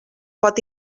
pot